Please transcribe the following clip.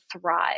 thrive